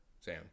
Sam